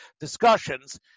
discussions